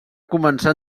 començar